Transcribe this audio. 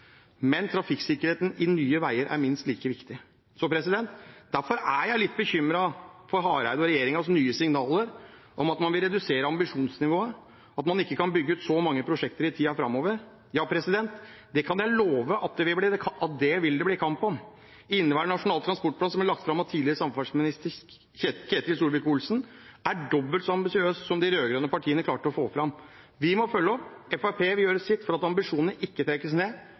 men trafikksikkerheten på nye veier er minst like viktig. Derfor er jeg litt bekymret over statsråd Hareide og regjeringens signaler om at man vil redusere ambisjonsnivået, at man ikke kan bygge ut så mange prosjekter i tiden framover. Det kan jeg love at det vil bli kamp om. Inneværende Nasjonal transportplan, som ble lagt fram av tidligere samferdselsminister Ketil Solvik-Olsen, er dobbelt så ambisiøs som den de rød-grønne klarte å få fram. Vi må følge opp. Fremskrittspartiet vil gjøre sitt for at ambisjonene ikke trekkes ned,